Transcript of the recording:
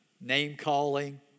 Name-calling